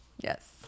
Yes